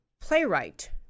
playwright